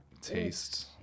taste